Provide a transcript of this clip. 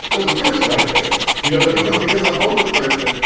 there's a person right there? you don't think there's a homeless person?